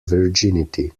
virginity